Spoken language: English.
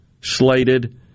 slated